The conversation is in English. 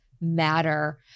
matter